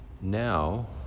Now